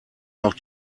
auch